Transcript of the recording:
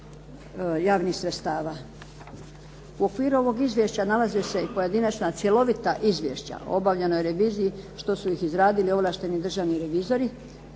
U okviru ovog izvješća nalaze se i pojedinačna cjelovita izvješća o obavljenoj reviziji što su ih izradili ovlašteni državni revizori